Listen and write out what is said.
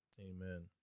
amen